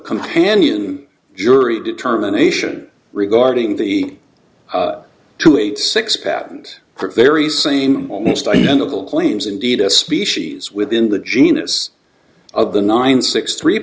companion jury determination regarding the two eight six patent for very same almost identical claims indeed a species within the genus of the nine six three